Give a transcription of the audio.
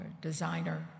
designer